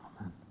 Amen